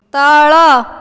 ତଳ